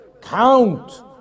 Count